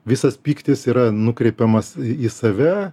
visas pyktis yra nukreipiamas į save